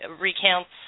recounts